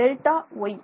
delta y